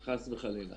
חס וחלילה.